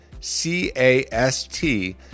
C-A-S-T